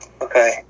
Okay